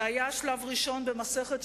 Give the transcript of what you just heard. זה היה שלב ראשון במסכת,